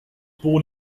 born